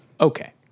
Okay